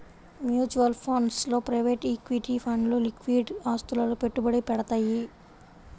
mutual funds లో private equity ఫండ్లు liquid ఆస్తులలో పెట్టుబడి పెడతయ్యి